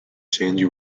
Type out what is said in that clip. sandy